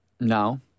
now